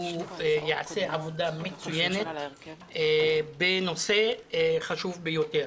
יעשה עבודה מצוינת בנושא חשוב ביותר.